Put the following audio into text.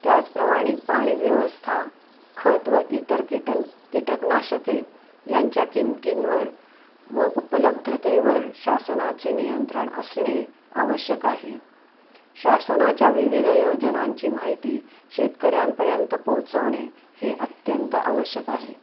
त्याचप्रमाणे पाणी व्यवस्था खत व इतर कीटक कीटकनाशके यांच्या किंमतींवर व उपलब्धतेवर शासनाचे नियंत्रण असणे आवश्यक आहे शासनाच्या विविध योजनांची माहिती शेतकऱ्यांपर्यंत पोहोचवणे हे अत्यंत आवश्यक आहे